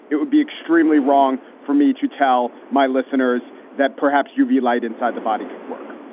it would be extremely wrong for me to tell my listeners that perhaps you view light inside the body could work.